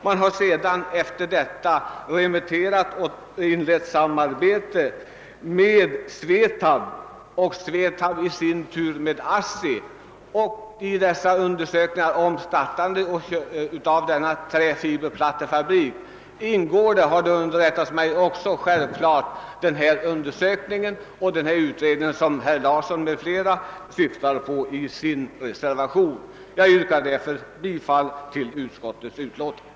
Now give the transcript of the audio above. Därefter har man inlett ett samarbete med SVETAB, som i sin tur samarbetar med ASSI beträffande undersökningarna om att starta denna träfiberplattefabrik. Enligt vad jag fått underrättelse om ingår däri också den undersökning som herr Larsson i Umeå och hans medmotionär syftar på. Herr talman! Jag yrkar bifall till utskottets hemställan.